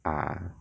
ah